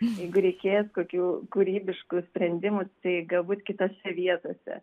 jeigu reikės kokių kūrybiškų sprendimų tai galbūt kitose vietose